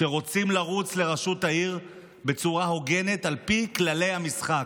שרוצים לרוץ לראשות העיר בצורה הוגנת על פי כללי המשחק.